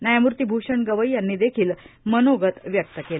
न्यायमूर्ती भूषण गवई यांनी देखील मनोगत व्यक्त केले